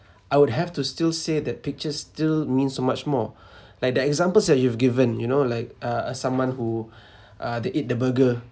I would have to still say that pictures still means so much more like the examples that you've given you know like uh uh someone who uh they eat the burger